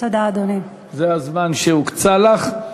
זה הזמן שהוקצה לך.